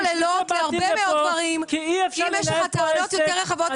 באתי לפה, כי אי אפשר לנהל פה עסק.